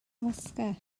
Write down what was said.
oscar